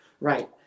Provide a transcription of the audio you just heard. Right